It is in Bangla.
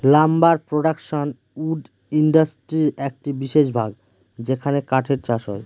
লাম্বার প্রডাকশন উড ইন্ডাস্ট্রির একটি বিশেষ ভাগ যেখানে কাঠের চাষ হয়